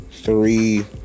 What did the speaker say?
three